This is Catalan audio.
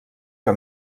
que